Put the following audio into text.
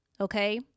Okay